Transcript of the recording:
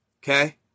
Okay